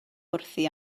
wrthi